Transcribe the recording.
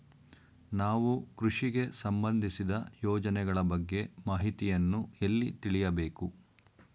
ನಾವು ಕೃಷಿಗೆ ಸಂಬಂದಿಸಿದ ಯೋಜನೆಗಳ ಬಗ್ಗೆ ಮಾಹಿತಿಯನ್ನು ಎಲ್ಲಿ ತಿಳಿಯಬೇಕು?